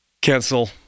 cancel